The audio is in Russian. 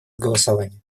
голосования